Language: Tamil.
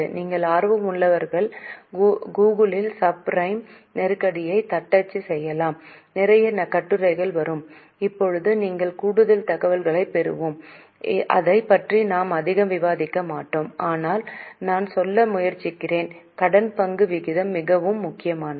நீங்கள் ஆர்வமுள்ளவர்கள் கூகிளில் சப் பிரைம் நெருக்கடியைத் தட்டச்சு செய்யலாம் நிறைய கட்டுரைகள் வரும் இப்போது நீங்கள் கூடுதல் தகவல்களைப் பெறுவோம் அதைப் பற்றி நாம் அதிகம் விவாதிக்க மாட்டோம் ஆனால் நான் சொல்ல முயற்சிக்கிறேன் கடன் பங்கு விகிதம் மிகவும் முக்கியமானது